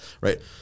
right